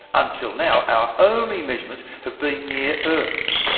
until now, our only measurements have been near earth,